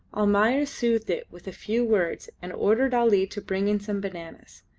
almayer soothed it with a few words and ordered ali to bring in some bananas,